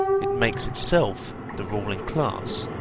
it makes itself the ruling class,